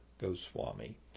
Goswami